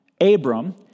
Abram